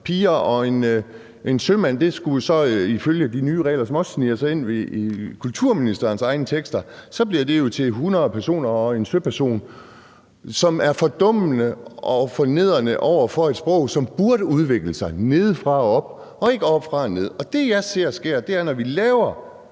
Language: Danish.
pige og 39 sømænd«; det skulle ifølge de nye regler, der også sniger sig ind i kulturministerens egen tekster, blive til »Een person og 39 søpersoner«. Det er fordummende og fornedrende over for et sprog, som burde udvikle sig nedefra og op og ikke oppefra og ned. Og i forhold til det, jeg ser ske, når vi laver